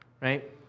right